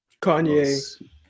Kanye